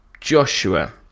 Joshua